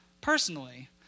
personally